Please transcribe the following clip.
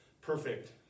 perfect